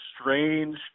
strange –